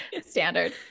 Standard